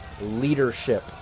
leadership